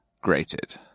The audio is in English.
grated